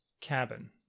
Cabin